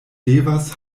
devas